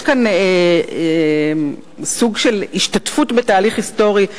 יש כאן סוג של השתתפות בתהליך היסטורי,